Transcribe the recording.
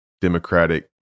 democratic